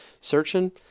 searching